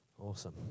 awesome